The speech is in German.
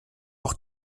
auch